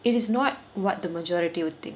it is not what the majority would think